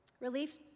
Relief